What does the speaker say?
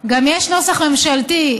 גם יש נוסח ממשלתי,